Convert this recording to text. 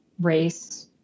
race